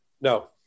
No